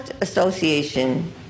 association